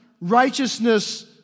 righteousness